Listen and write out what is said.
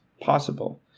possible